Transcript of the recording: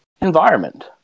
environment